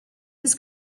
his